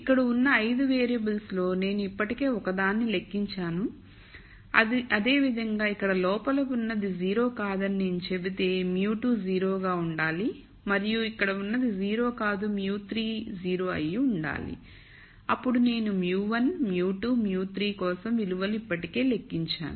ఇక్కడ ఉన్న 5 వేరియబుల్స్లో నేను ఇప్పటికే ఒకదాన్ని లెక్కించాను అదేవిధంగా ఇక్కడ లోపల ఉన్నది 0 కాదని నేను చెబితే μ 2 0 గా ఉండాలి మరియు ఇక్కడ ఉన్నది 0 కాదు μ3 0 అయ్యి ఉండాలి అప్పుడు నేను μ1 μ2 μ3 కోసం విలువలు ఇప్పటికే లెక్కించాను